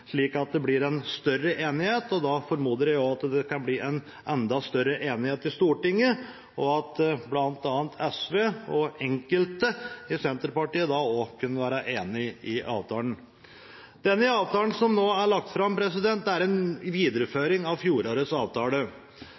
slik at det blir en større enighet. Da formoder jeg også at det kan bli en enda større enighet i Stortinget, og at bl.a. SV og enkelte i Senterpartiet også kan være enig i avtalen. Denne avtalen som nå er lagt fram, er en videreføring av fjorårets avtale,